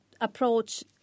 approach